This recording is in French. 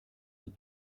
dit